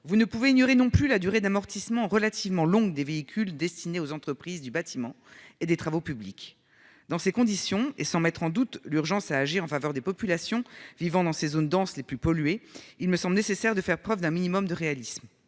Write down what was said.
Vous ne pouvez ignorer non plus la durée d'amortissement relativement longue des véhicules destinés aux entreprises du bâtiment et des travaux publics. Dans ces conditions, et sans mettre en doute l'urgence à agir en faveur des populations vivant dans ces zones denses les plus polluées, il me semble nécessaire de faire preuve d'un minimum de réalisme.